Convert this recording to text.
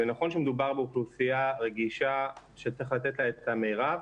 ונכון שמדובר באוכלוסייה רגישה שצריך לתת לה את המרב,